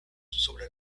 sobre